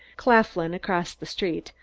claflin, across the street,